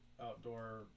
outdoor